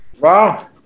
Wow